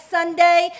Sunday